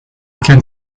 kennt